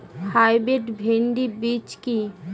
Hybrid ভীন্ডি বীজ কি?